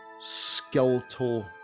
skeletal